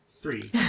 Three